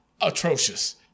atrocious